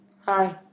Hi